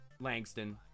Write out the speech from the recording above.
Langston